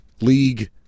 League